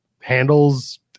handles